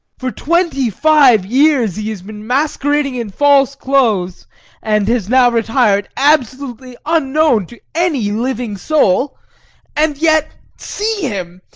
for twenty-five years he has been masquerading in false clothes and has now retired absolutely unknown to any living soul and yet see him!